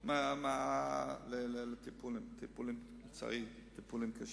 לטיפולים, לצערי טיפולים קשים.